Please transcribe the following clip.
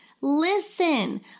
listen